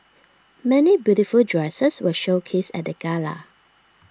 many beautiful dresses were showcased at the gala